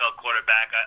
quarterback